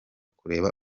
kureba